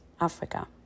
Africa